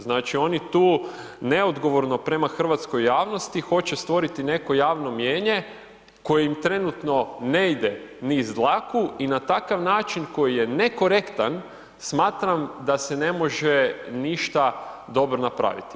Znači, oni tu neodgovorno prema hrvatskoj javnosti hoće stvoriti neko javno mnijenje koje im trenutno ne ide niz dlaku i na takav način koji je nekorektan smatram da se ne može ništa dobro napraviti.